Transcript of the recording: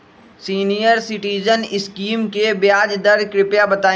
senior citizen scheme के ब्याज दर कृपया बताईं